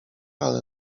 ale